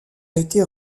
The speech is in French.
été